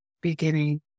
beginning